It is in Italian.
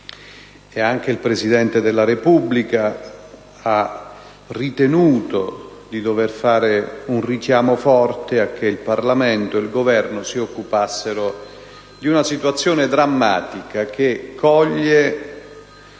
Anche il Presidente della Repubblica ha ritenuto di dover fare un richiamo forte affinché il Parlamento ed il Governo si occupassero di una situazione drammatica, che coglie